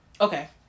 Okay